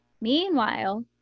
Meanwhile